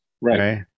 Right